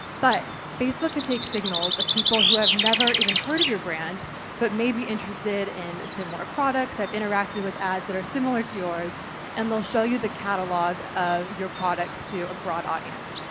but facebook can take signals of people who have never even heard of your brand but may be interested in similar products. i've interacted with ads that are similar to yours and they'll show you the catalogue of your products to a broad audience.